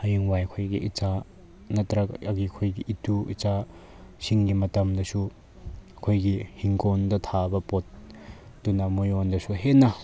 ꯍꯌꯦꯡꯋꯥꯏ ꯑꯩꯈꯣꯏꯒꯤ ꯏꯆꯥ ꯅꯠꯇ꯭ꯔꯒ ꯑꯩꯈꯣꯏꯒꯤ ꯏꯇꯨ ꯏꯆꯥꯁꯤꯡꯒꯤ ꯃꯇꯝꯗꯁꯨ ꯑꯩꯈꯣꯏꯒꯤ ꯍꯤꯡꯒꯣꯜꯗ ꯊꯥꯕ ꯄꯣꯠꯇꯨꯅ ꯃꯣꯏꯌꯣꯟꯗꯁꯗꯨ ꯍꯦꯟꯅ